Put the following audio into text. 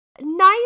nice